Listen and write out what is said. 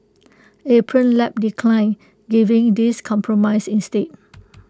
Apron Lab declined giving this compromise instead